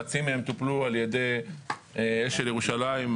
חצי מהם טופלו על ידי אשל ירושלים,